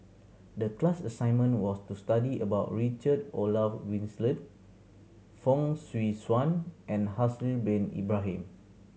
the class assignment was to study about Richard Olaf Fong Swee Suan and Haslir Bin Ibrahim